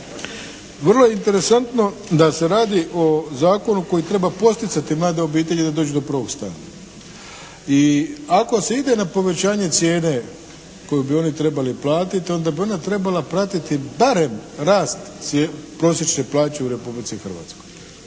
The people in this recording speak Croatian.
vrlo je interesantno da se radi o zakonu koji treba poticati mlade obitelji da dođu do prvog stana. I ako se ide na povećanje cijene koju bi oni trebali platiti onda bi ona trebala pratiti barem rast prosječne plaće u Republici Hrvatskoj.